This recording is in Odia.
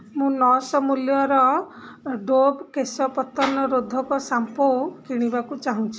ମୁଁ ନଅଶହ ମୂଲ୍ୟର ଡ଼ୋଭ୍ କେଶ ପତନ ରୋଧକ ଶ୍ୟାମ୍ପୂ କିଣିବାକୁ ଚାହୁଁଛି